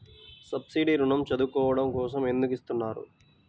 Subsidy ఋణం చదువుకోవడం కోసం ఎందుకు ఇస్తున్నారు?